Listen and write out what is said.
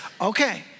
Okay